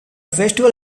festival